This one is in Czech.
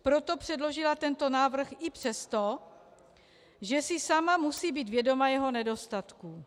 Proto předložila tento návrh i přesto, že si sama musí být vědoma jeho nedostatků.